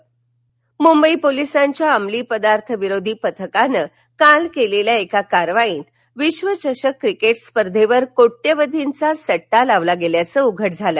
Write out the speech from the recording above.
सम्रा मुंबई पोलीसांच्या अमलीपदार्थ विरोधी पथकानं काल केलेल्या एका कारवाईत विश्वचषक क्रिकेट स्पर्धेवर कोट्यवधींचा सट्टा लावला गेल्याचं उघड झालं